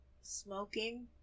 smoking